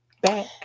Back